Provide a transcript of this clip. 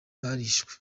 barishwe